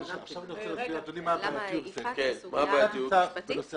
אנחנו מדברים על גופים שיכולים לתת מידע שיש